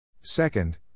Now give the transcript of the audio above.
Second